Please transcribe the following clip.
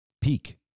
Peak